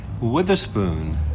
Witherspoon